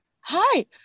Hi